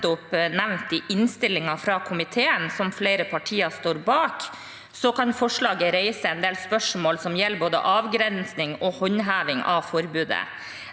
nevnt, jf. innstillingen fra komiteen, som flere partier står bak, kan forslaget reise en del spørsmål som gjelder både avgrensning og håndheving av forbudet.